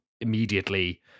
immediately